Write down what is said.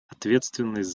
ответственность